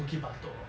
bukit batok